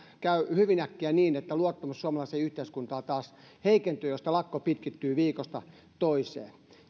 käy hyvin äkkiä niin että luottamus suomalaiseen yhteiskuntaan taas heikentyy jos tämä lakko pitkittyy viikosta toiseen